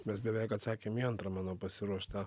mes beveik atsakėm į antrą mano pasiruoštą